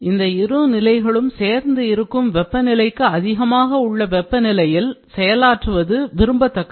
இந்த இரு நிலைகளும் சேர்ந்து இருக்கும் வெப்பநிலைக்கு அதிகமாக உள்ள வெப்பநிலையில் செயலாற்றுவது விரும்பத்தக்கது